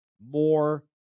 more